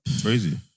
Crazy